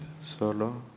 Solo